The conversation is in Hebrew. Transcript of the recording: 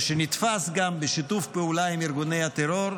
ושנתפס גם בשיתוף פעולה עם ארגוני הטרור,